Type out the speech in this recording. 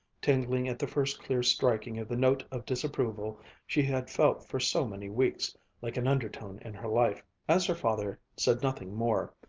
tingling at the first clear striking of the note of disapproval she had felt for so many weeks like an undertone in her life. as her father said nothing more,